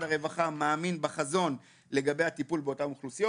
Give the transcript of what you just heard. הרווחה מאמין בחזון לגבי הטיפול באותן אוכלוסיות.